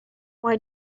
why